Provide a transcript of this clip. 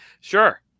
Sure